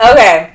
Okay